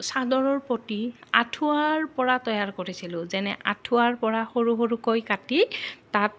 চাদৰৰ প্ৰতি আঁঠুৱাৰ পৰা তৈয়াৰ কৰিছিলোঁ যেনে আঁঠুৱাৰ পৰা সৰু সৰুকৈ কাটি তাত